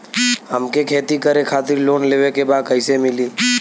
हमके खेती करे खातिर लोन लेवे के बा कइसे मिली?